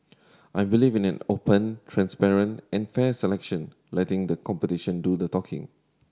I believe in an open transparent and fair selection letting the competition do the talking